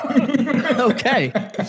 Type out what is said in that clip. Okay